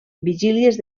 vigílies